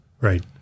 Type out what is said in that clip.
right